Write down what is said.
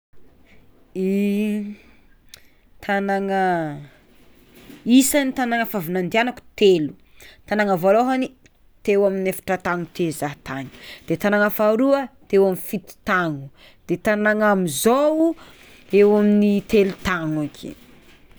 I tagnana isan'ny tagnana efa avy nandiako telo tagnana voalohany teo amin'ny efatra taogno teo zah tany, de tagnana faharoa teo amy fito taogno, de tagnana amizao eo amy telo taogno ake.